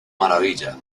maravilla